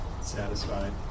Satisfied